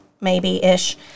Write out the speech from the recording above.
maybe-ish